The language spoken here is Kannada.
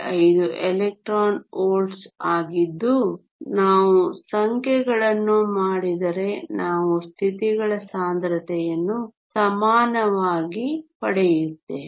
5 ಎಲೆಕ್ಟ್ರಾನ್ ವೋಲ್ಟ್ ಆಗಿದ್ದು ನಾವು ಸಂಖ್ಯೆಗಳನ್ನು ಮಾಡಿದರೆ ನಾವು ಸ್ಥಿತಿಗಳ ಸಾಂದ್ರತೆಯನ್ನು ಸಮಾನವಾಗಿ ಪಡೆಯುತ್ತೇವೆ